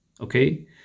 okay